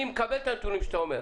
אני מקבל את הנתונים שאתה מראה,